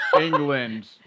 England